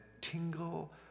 tingle